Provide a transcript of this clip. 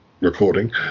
recording